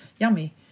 yummy